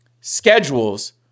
schedules